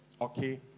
Okay